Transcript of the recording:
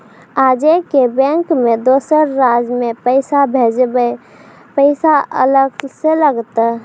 आजे के बैंक मे दोसर राज्य मे पैसा भेजबऽ पैसा अलग से लागत?